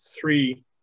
three